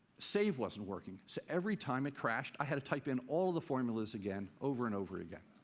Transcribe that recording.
save wasn't working, so every time it crashed, i had to type in all of the formulas again, over and over again.